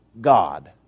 God